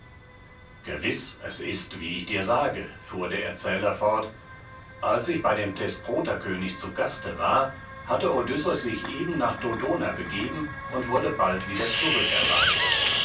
gewiß es ist wie ich dir sage fuhr der erzähler fort als ich bei dem thesproterkönig zu gaste war hatte odysseus sich eben nach dodona begeben und wurde bald wieder